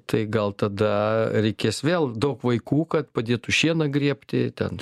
tai gal tada reikės vėl daug vaikų kad padėtų šieną grėbti ten